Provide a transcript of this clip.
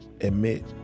admit